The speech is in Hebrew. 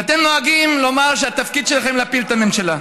שאתם נוהגים לומר שהתפקיד שלכם הוא להפיל את הממשלה.